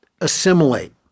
assimilate